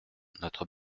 notre